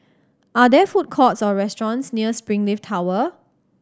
are there food courts or restaurants near Springleaf Tower